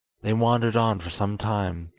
they wandered on for some time,